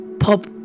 pop